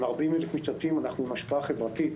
עם 40,000 משתתפים אנחנו עם השפעה חברתית